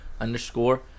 underscore